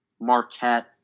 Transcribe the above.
Marquette